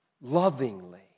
lovingly